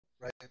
Right